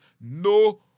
no